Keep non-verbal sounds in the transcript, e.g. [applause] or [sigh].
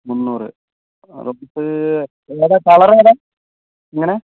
മുന്നൂറ് [unintelligible] ഏതാണ് കളർ ഏതാണ് എങ്ങനെ